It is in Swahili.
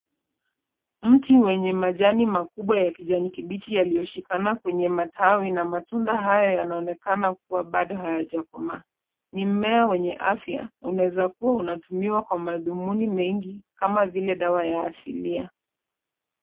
Mti wenye majani makubwa ya kijani kibichi yaliyoshikana kwenye matawi na matunda hayo yanaonekana kuwa bado hayajakomaa. Ni mmea wenye afya, unaweza kuwa unatumiwa kwa madhumuni mengi kama vile dawa ya asilia.